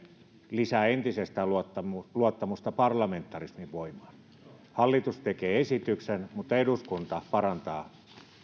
lisää entisestään luottamusta luottamusta parlamentarismin voimaan hallitus tekee esityksen mutta eduskunta parantaa